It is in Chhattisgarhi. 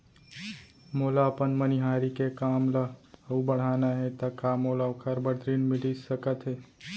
मोला अपन मनिहारी के काम ला अऊ बढ़ाना हे त का मोला ओखर बर ऋण मिलिस सकत हे?